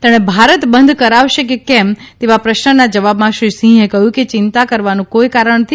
તેણે ભારત બંધ કરાવશે કે કેમ તેવા પ્રશ્નના જવાબમાં શ્રી સિંહે કહ્યું કે ચિંતા કરવાનું કોઇ કારણ નથી